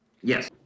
yes